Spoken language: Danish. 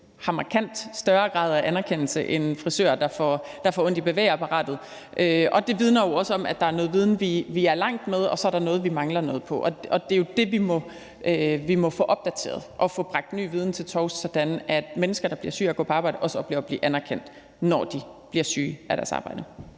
har en markant større grad af anerkendelse end frisører, der får ondt i bevægeapparatet. Det vidner jo også om, at der er noget viden, vi er langt med, og så er der noget, vi mangler noget om. Det er jo det, vi må få opdateret, og vi må få bragt ny viden til torvs, sådan at mennesker, der bliver syge af at gå på arbejde, også oplever at blive anerkendt, når de bliver syge af deres arbejde.